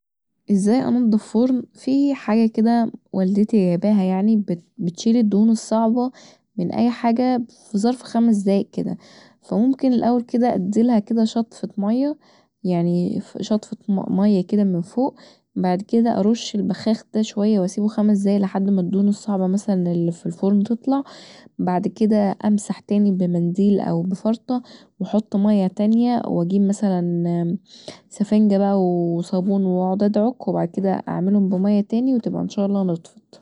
ازاي انضف فرن فيه حاجه كدا يعني والدتي جايباها بتشيل الدهون الصعبه من اي حاجه كدا في ظرف خمس دقايق كدا فممكن الأول كدا اديلها كدا شطفة ميه يعني شطفة ميه كدا من فوق بعد كدا ارش البخاخ دا واسيبه خمس دقايق لحد ما الدهون الصعبه اللي مثلا في الفرن تطلع بعد كدا امسح تاني بمنديل او بفرطه واحط ميه تانيه واجيب مثلا سفنجه بقي وصابون واقعد ادعك وبعد مدا اعملهم بميه تاني وتبقي ان شاء الله نضفت